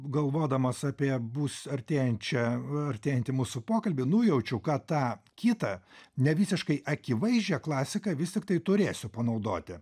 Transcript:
galvodamas apie bus artėjančią artėjantį mūsų pokalbį nujaučiau ką tą kitą ne visiškai akivaizdžią klasiką vis tiktai turėsiu panaudoti